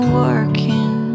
working